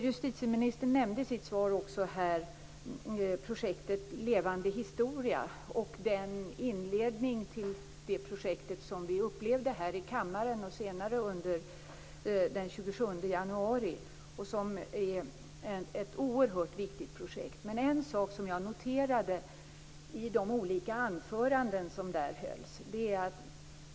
Justitieministern nämnde också i sitt svar här projektet Levande historia och den inledning till det projektet som vi upplevde här i kammaren och senare under den 27 januari. Det är ett oerhört viktigt projekt. Jag noterade dock en sak i de olika anföranden som där hölls.